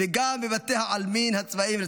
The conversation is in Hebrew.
ולצערנו גם בבתי העלמין הצבאיים.